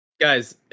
Guys